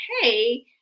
hey